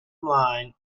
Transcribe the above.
mlaen